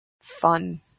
fun